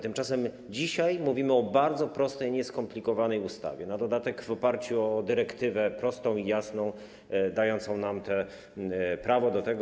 Tymczasem dzisiaj mówimy o bardzo prostej, nieskomplikowanej ustawie, na dodatek powstałej w oparciu o dyrektywę prostą i jasną, dającą nam prawo do tego.